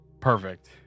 perfect